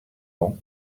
ans